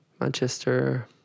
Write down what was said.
Manchester